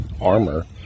armor